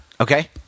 Okay